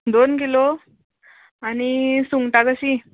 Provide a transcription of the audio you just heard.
दोन किलो आनी सुंगटां कशीं